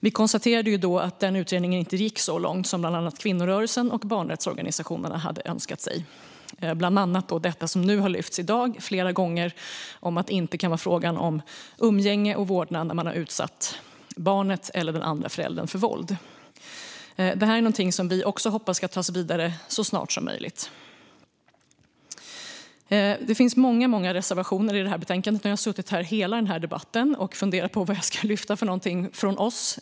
Vi konstaterade då att denna utredning inte gick så långt som bland andra kvinnorörelsen och barnrättsorganisationerna hade önskat, bland annat när det gäller att det inte kan vara fråga om umgänge eller vårdnad när man har utsatt barnet eller den andra föräldern för våld, vilket har tagits upp flera gånger i dag. Detta är någonting som vi hoppas tas vidare så snart som möjligt. Det finns många reservationer i detta betänkande. Nu har jag suttit här under hela debatten och funderat på vilken jag ska yrka bifall till.